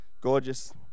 gorgeous